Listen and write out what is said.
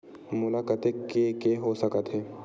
मोला कतेक के के हो सकत हे?